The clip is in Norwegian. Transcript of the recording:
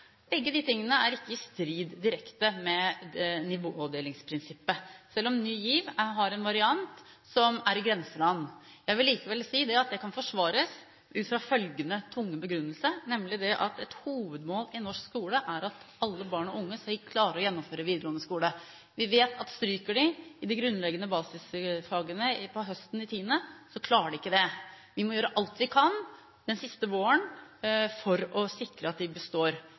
er direkte i strid med nivådelingsprinsippet, selv om Ny GIV har en variant som er i grenseland. Jeg vil likevel si at det kan forsvares ut fra følgende tunge begrunnelse: Et hovedmål i norsk skole er at alle barn og unge skal klare å gjennomføre videregående skole. Vi vet at stryker de i de grunnleggende basisfagene på høsten i 10. klasse, så klarer de ikke det. Vi må gjøre alt vi kan den siste våren for å sikre at de består.